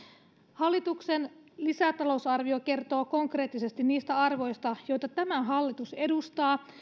hallituksen lisätalousarvio kertoo konkreettisesti niistä arvoista joita tämä hallitus edustaa